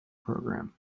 program